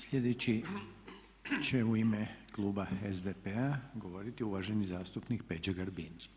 Sljedeći će u ime kluba SDP-a govoriti uvaženi zastupnik Peđa Grbin.